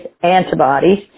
antibodies